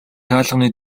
хаалганы